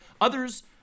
Others